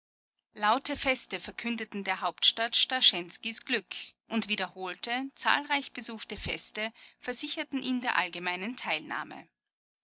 laute feste verkündeten der hauptstadt starschenskys glück und wiederholte zahlreich besuchte feste versicherten ihn der allgemeinen teilnahme